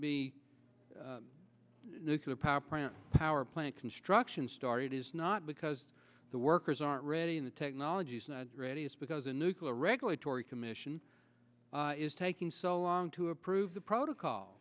be a nuclear power plant power plant construction started is not because the workers aren't ready in the technologies because the nuclear regulatory commission is taking so long to approve the protocol